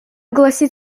гласит